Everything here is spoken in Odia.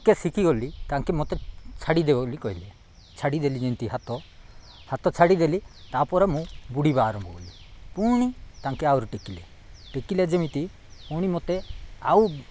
ଟିକେ ଶିଖିଗଲି ତାଙ୍କେ ମୋତେ ଛାଡ଼ିଦେବେ ବୋଲି କହିଲେ ଛାଡ଼ିଦେଲି ଯେମିତି ହାତ ହାତ ଛାଡ଼ିଦେଲି ତା'ପରେ ମୁଁ ବୁଡ଼ିବା ଆରମ୍ଭ କଲି ପୁଣି ତାଙ୍କେ ଆହୁରି ଟେକିଲେ ଟେକିଲେ ଯେମିତି ପୁଣି ମୋତେ ଆଉ